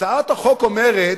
הצעת החוק אומרת,